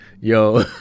yo